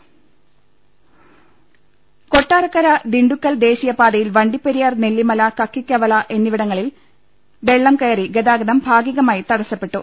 ലലലലലലലലലലലലല കൊട്ടാരക്കര ദിണ്ടുക്കൽ ദേശിയ പാതയിൽ വണ്ടിപ്പെരിയാർ നെല്ലിമല കക്കികവല എന്നിവിട ങ്ങളിൽ വെള്ളം കയറി ഗതാഗതം ഭാഗികമായി തടസ്സപ്പെട്ടു